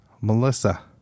Melissa